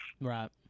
Right